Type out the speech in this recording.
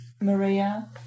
maria